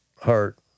heart